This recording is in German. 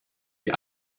die